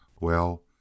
Well